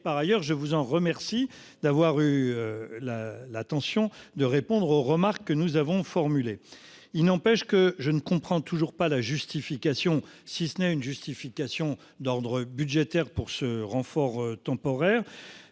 par ailleurs je vous en remercie d'avoir eu la la tension de répondre aux remarques que nous avons formulées. Il n'empêche que je ne comprends toujours pas la justification si ce n'est une justification d'ordre budgétaire pour ce renfort temporaire